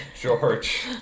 George